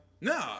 No